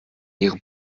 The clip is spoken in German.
ihren